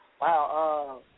wow